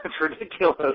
ridiculous